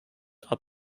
are